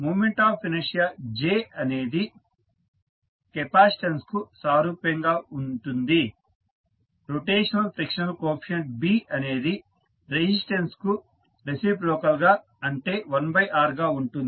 moment of inertia J అనేది కెపాసిటెన్స్కు సారూప్యంగా ఉంటుంది రొటేషనల్ ఫ్రిక్షనల్ కోఎఫీసియంట్ B అనేది రెసిస్టెన్స్ కు రెసిప్రోకల్ గా అంటే 1R గా ఉంటుంది